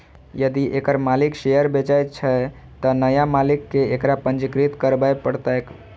यदि एकर मालिक शेयर बेचै छै, तं नया मालिक कें एकरा पंजीकृत करबय पड़तैक